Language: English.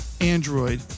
Android